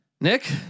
Nick